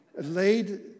laid